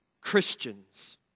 Christians